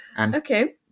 Okay